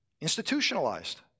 institutionalized